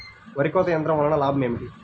వరి కోత యంత్రం వలన లాభం ఏమిటి?